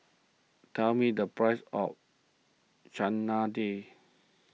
tell me the price of Chana Dal